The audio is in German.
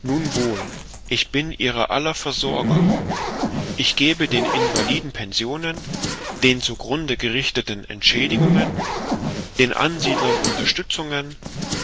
nun wohl ich bin ihrer aller versorger ich gebe den invaliden pensionen den zu grunde gerichteten entschädigungen den ansiedlern unterstützungen